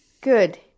good